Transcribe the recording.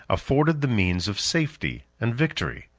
afforded the means of safety and victory.